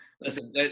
Listen